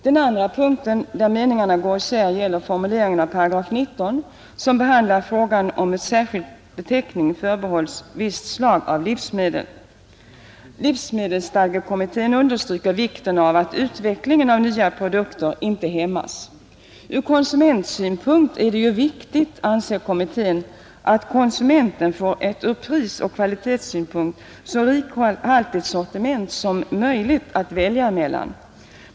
Den andra punkt där meningarna går isär gäller formuleringen av 19 §, som behandlar frågan om att särskild beteckning förbehålls visst slag av livsmedel. Livsmedelsstadgekommittén understryker vikten av att utvecklingen av nya produkter inte hämmas. Ur konsumentsynpunkt är det viktigt, anser kommittén, att konsumenten får ett ur prisoch kvalitetssynpunkt så rikhaltigt sortiment som möjligt att välja mellan.